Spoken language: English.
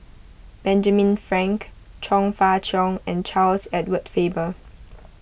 Benjamin Frank Chong Fah Cheong and Charles Edward Faber